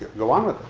go on with